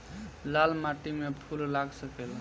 लाल माटी में फूल लाग सकेला?